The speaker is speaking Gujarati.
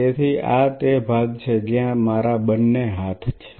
તેથી આ તે ભાગ છે જ્યાં મારા બંને હાથ છે